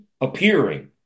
appearing